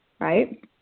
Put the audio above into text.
right